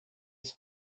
his